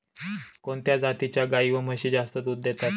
कोणत्या जातीच्या गाई व म्हशी जास्त दूध देतात?